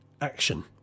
action